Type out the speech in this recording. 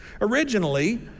Originally